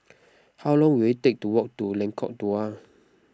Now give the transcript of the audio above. how long will it take to walk to Lengkong Dua